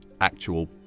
actual